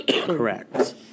Correct